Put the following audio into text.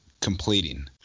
completing